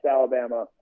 Alabama